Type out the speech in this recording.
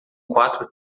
quatro